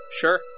Sure